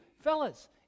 fellas